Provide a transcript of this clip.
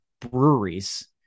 breweries